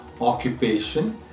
Occupation